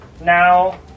Now